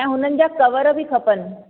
ऐं हुननि जा कवर बि खपनि